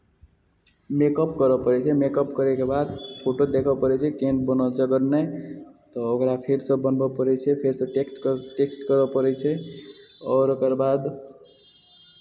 makeup करय पड़ै छै मेकअप करयके बाद फोटो देखय पड़ै छै केहन बनल छै अगर नहि तऽ ओकरा फेरसँ बनबय पड़ै छै फेरसँ टेक्ट टैक्स्ट करय पड़ै छै आओर ओकर बाद